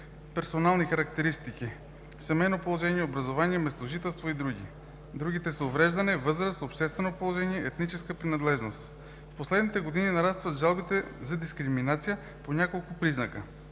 персонални характеристики на отделния човек – семейно положение, образование, местожителство и други, увреждане, възраст, обществено положение, етническа принадлежност. В последните години нарастват жалбите за дискриминация по няколко признака.